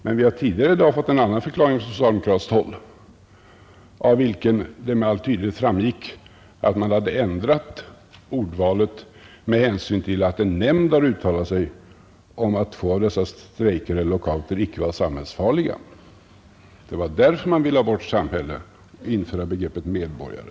Men vi har tidigare i dag fått en annan förklaring från socialdemokratiskt håll, av vilken det med all tydlighet framgick att man hade ändrat ordvalet med hänsyn till att en nämnd hade uttalat sig om att två av dessa strejker och lockouter inte var samhällsfarliga. Det var därför man ville ha bort ordet samhälle och i stället införa ordet medborgare.